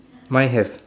mine have